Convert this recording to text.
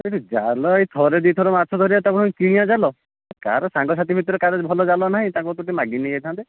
ଏ ଯେଉଁ ଜାଲ ଏଇ ଥରେ ଦୁଇ ଥର ମାଛ ଧରିବା ତା ପୁଣି କିଣିବା ଜାଲ କାହାର ସାଙ୍ଗସାଥି ଭିତରେ କାହାର ଭଲ ଜାଲ ନାହିଁ ତାଙ୍କଠୁ ଟିକିଏ ମାଗିକି ନେଇ ଯାଇଥାନ୍ତେ